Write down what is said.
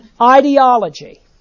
ideology